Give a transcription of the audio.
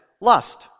lust